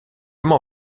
m’en